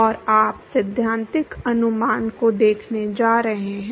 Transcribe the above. और आप सैद्धांतिक अनुमान को देखने जा रहे हैं